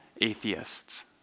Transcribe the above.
atheists